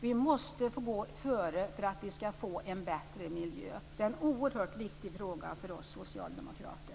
Vi måste gå före för att få en bättre miljö. Det är en oerhört viktig fråga för oss socialdemokrater.